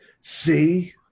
see